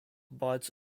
bites